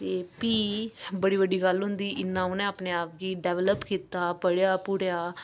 प्ही बड़ी बड्डी गल्ल होंदी के इन्ना उन्नै अपने आप गी डैपलप कीता पढ़ेआ पुढ़ेआ